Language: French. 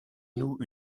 noue